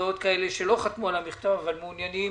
ועוד כאלה שלא חתמו על המכתב, אבל מעוניינים